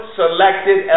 selected